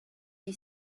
you